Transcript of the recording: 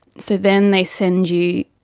so then they send you